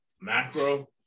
macro